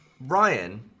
Ryan